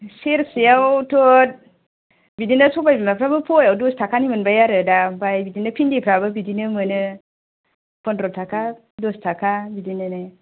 सेरसे आव थ' बिदिनो सबाइ बिमाफ्राबो फवा आव दस थाखानि मोनबाय आरो दा आमफ्राय फिनदि फ्राबो बिदिनो मोननो फन्द्र' थाखा दस थाखा बिदिनिनो